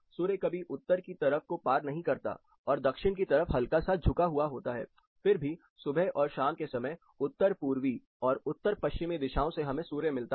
सूर्य कभी उत्तरी तरफ को पार नहीं करता और दक्षिण की तरफ हल्का सा झुका हुआ होता है फिर भी सुबह और शाम के समय में उत्तर पूर्वी और उत्तर पश्चिमी दिशाओं से हमें सूर्य मिलता है